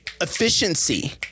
Efficiency